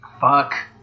Fuck